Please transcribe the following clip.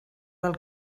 del